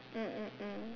mm mm mm